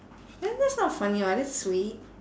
then that's not funny [what] that's sweet